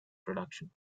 production